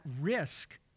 risk